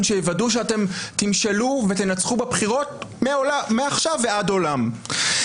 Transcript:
שתוודאו שתמשלו ותנצחו בבחירות מעכשיו ועד עולם?